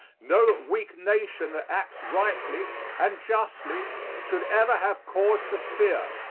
no weak nation that acts rightly and justly should ever have cause to fear,